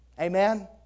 Amen